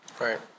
Right